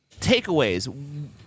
takeaways